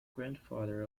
grandfather